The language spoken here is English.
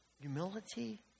humility